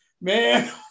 man